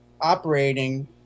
operating